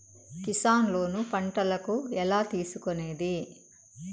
Kisan loan పంటలకు ఎలా తీసుకొనేది?